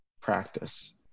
practice